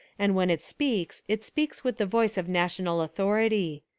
and when it speaks it speaks with the voice of national authority.